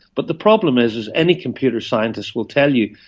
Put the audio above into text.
but the problem is, as any computer scientist will tell you,